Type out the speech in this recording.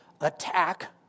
attack